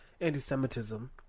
anti-Semitism